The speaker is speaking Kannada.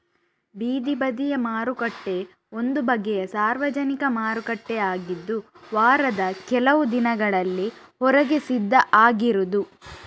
ಬೀದಿ ಬದಿಯ ಮಾರುಕಟ್ಟೆ ಒಂದು ಬಗೆಯ ಸಾರ್ವಜನಿಕ ಮಾರುಕಟ್ಟೆ ಆಗಿದ್ದು ವಾರದ ಕೆಲವು ದಿನಗಳಲ್ಲಿ ಹೊರಗೆ ಸಿದ್ಧ ಆಗಿರುದು